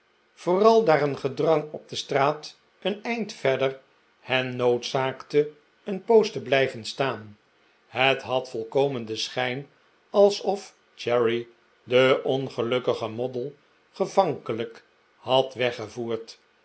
vooral daar een gedrang op de straat een eind verder hen noodzaakte een poos te blijven staan het had volkomen den schijn alsof cherry den ongelukkigen moddle gevankelijk had weggevoerd